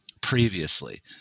previously